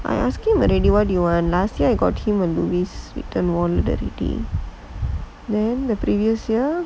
oh ask him already what do you want last year I got him when lewis written one deputy then the previous year